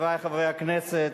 חברי חברי הכנסת,